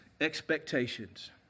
expectations